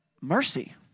Mercy